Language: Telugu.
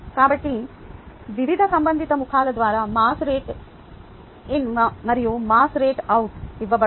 కాబట్టి వివిధ సంబంధిత ముఖాల ద్వారా మాస్ రేటు ఇన్ మరియు మాస్ రేటు ఔట్ ఇవ్వబడుతుంది